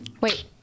Wait